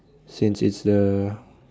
since it's the